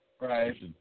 right